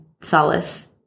solace